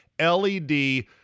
LED